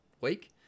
week